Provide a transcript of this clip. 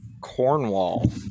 Cornwall